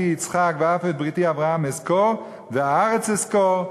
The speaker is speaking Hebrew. יצחק ואף את בריתי אברהם אזכר והארץ אזכר,